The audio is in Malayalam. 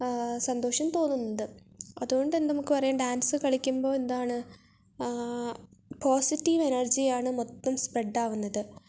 സന്തോഷം തോന്നുന്നുണ്ട് അതുകൊണ്ട് തന്നെ നമുക് പറയാം ഡാൻസ് കളിക്കുമ്പോൾ എന്താണ് പോസിറ്റീവ് എനർജി ആണ് മൊത്തം സ്പ്രെഡ് ആകുന്നത്